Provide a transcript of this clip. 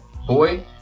Boy